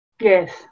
Yes